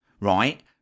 right